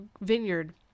vineyard